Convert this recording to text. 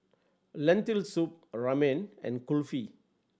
Lentil Soup Ramen and Kulfi